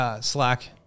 slack